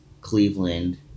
Cleveland